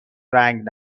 رنگ